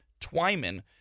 Twyman